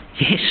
Yes